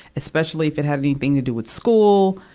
especially if it had anything to do with school,